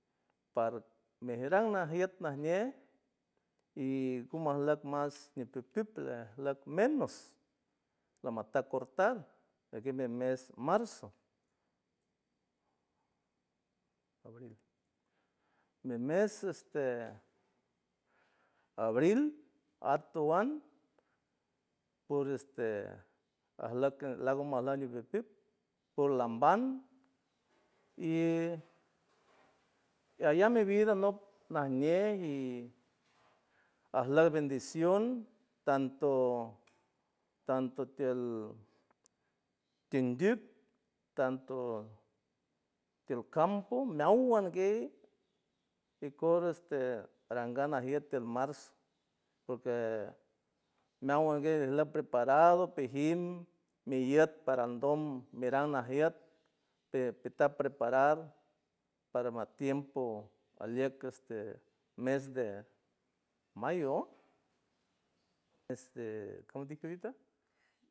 Par mijerang najiet najñe y ngu majlieck mas ñiputut leat menos, lamataj cortar ajgue me- mes marzo, mi mes este abril, atuan por este ajleck lagu majlack ñijujtuck por lamban y allam mi vida anok, najñe y ajleck bandicion, tanto tanto tiel tindück, tanto tiel campo, meawan guey ikor este, arangan najiet tiel marzo, porque meawan guey ajlecj ata preparado pijim, mi iët para andom, mirang najiet pita preparar, parma tiempo alieck este mes de mayo, este como dije horita.